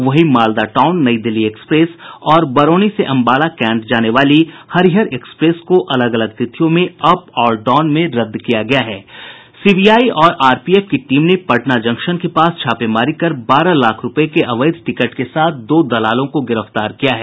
वहीं Malda Town Nai Delhi express और बरौनी से अम्बाला कैंट जाने वाली हरिहर एक्सप्रेस को अलग अलग तिथियों में अप और डाउन में रद्द किया गया है सीबीआई और आरपीएफ की टीम ने पटना जंक्शन के पास छापेमारी कर बारह लाख रूपये के अवैध टिकट के साथ दो दलालों को गिरफ्तार किया है